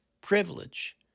privilege